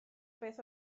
beth